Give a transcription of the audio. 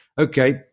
Okay